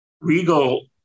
Regal